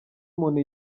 umuntu